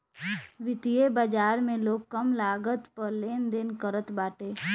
वित्तीय बाजार में लोग कम लागत पअ लेनदेन करत बाटे